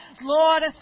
Lord